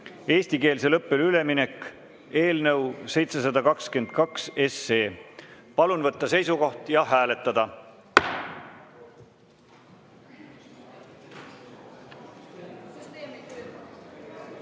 (eestikeelsele õppele üleminek) eelnõu 722. Palun võtta seisukoht ja hääletada!